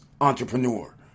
entrepreneur